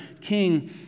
king